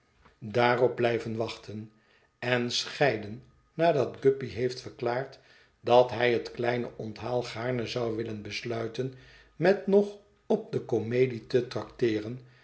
blij ven wachten en scheiden nadat guppy heeft verklaard dat hij het kleine onthaal gaarne zou willen besluiten met nog op de komedie te trakteeren